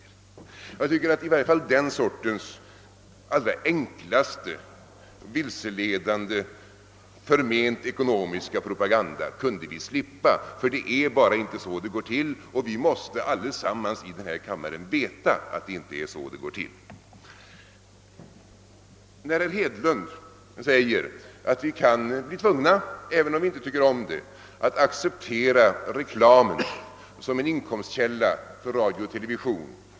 Jag tycker att vi kunde slippa i varje fall den sortens allra enklaste, vilseledande, förment ekonomiska propaganda, ty det är inte så det går till. Vi måste allesammans i denna kammare veta detta. Jag håller med herr Hedlund när han säger att vi kan bli tvungna, även om vi inte tycker om det, att acceptera reklamen som en inkomstkälla för radiooch television.